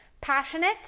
passionate